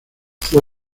fue